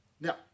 Now